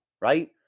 right